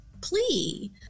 plea